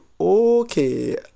okay